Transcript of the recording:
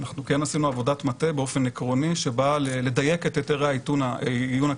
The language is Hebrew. עשינו עבודת מטה באופן עקרוני שבאה לדייק את היתרי העיון הכלליים.